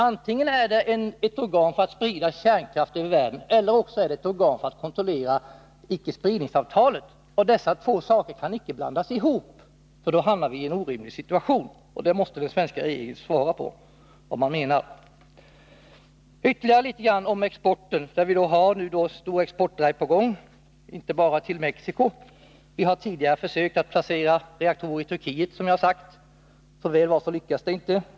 Antingen är det ett organ för att sprida kärnkraft över världen eller också är det ett organ för att kontrollera icke-spridningsavtalet. Dessa två funktioner kan inte blandas ihop— då hamnar vii en orimlig situation — och den svenska regeringen måste ge besked om vad den menar. Ytterligare några ord om exporten. Vi gör nu en stor exportdrive — inte bara i Mexico. Vi har tidigare försökt placera reaktorer i Turkiet, men som väl var lyckades det inte.